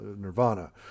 Nirvana